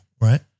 right